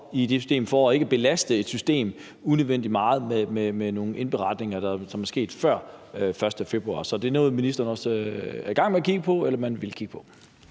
i det system for ikke at belaste et system unødvendig meget med nogle indberetninger, som er sket før den 1. februar. Så er det noget, ministeren også er i gang med at kigge på, eller som man vil kigge på?